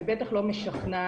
ובטח לא משכנעת,